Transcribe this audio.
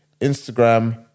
Instagram